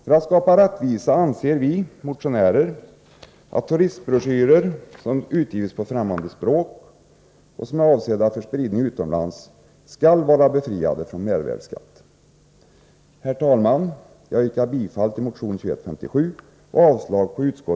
För att skapa rättvisa anser vi motionärer att turistbroschyrer som utgives på främmande språk och som är avsedda för spridning utomlands skall vara befriade från mervärdeskatt.